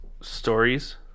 stories